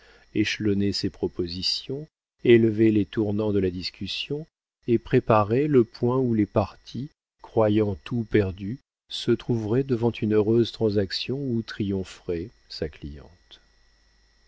échelonné ses propositions élevé les tournants de la discussion et préparé le point où les parties croyant tout perdu se trouveraient devant une heureuse transaction où triompherait sa cliente